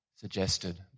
suggested